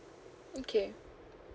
okay